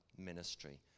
Ministry